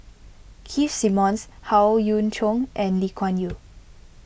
Keith Simmons Howe Yoon Chong and Lee Kuan Yew